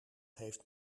heeft